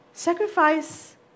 Sacrifice